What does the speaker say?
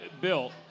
Bill